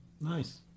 nice